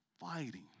fighting